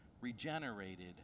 regenerated